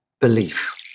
belief